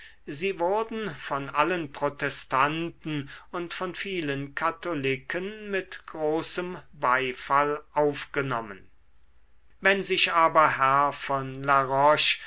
sie wurden von allen protestanten und von vielen katholiken mit großem beifall aufgenommen wenn sich aber herr von